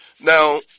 Now